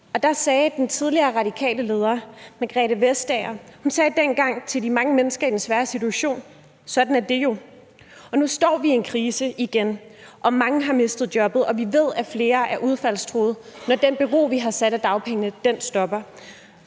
Da sagde den tidligere radikale leder Margrethe Vestager til de mange mennesker i den svære situation: Sådan er det jo. Nu står vi i en krise igen, og mange har mistet jobbet, og vi ved, at flere er udfaldstruet, når det, at vi har sat dagpengene i bero, stopper.